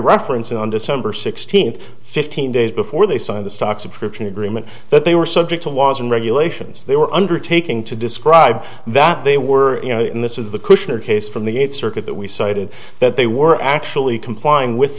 reference on december sixteenth fifteen days before they signed the stock subscription agreement that they were subject to laws and regulations they were undertaking to describe that they were in this is the cushion or case from the eighth circuit that we cited that they were actually complying with